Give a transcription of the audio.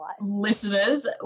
listeners